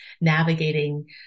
navigating